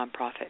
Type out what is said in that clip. nonprofit